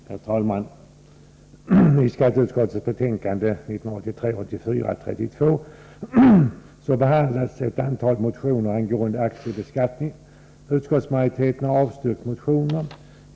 Herr talman! I skatteutskottets betänkande 1983/84:32 behandlas ett antal motioner angående aktiebeskattningen. Utskottsmajoriteten har avstyrkt motionerna.